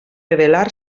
rebel·lar